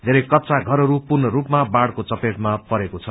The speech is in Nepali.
धेरै कच्चा घरहरू पूर्ण रूपमा बाढ़को चपेटमा परेका छन्